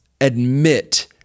admit